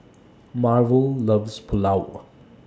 Marvel loves Pulao